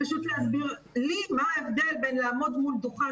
להסביר לי מה ההבדל בין לעמוד מול דוכן